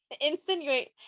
insinuate